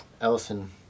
Ellison